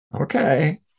Okay